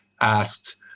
asked